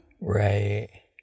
Right